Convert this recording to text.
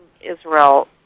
Israel